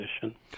position